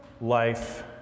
life